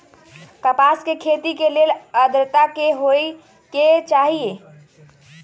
कपास के खेती के लेल अद्रता की होए के चहिऐई?